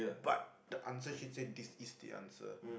but the answer sheet says this is the answer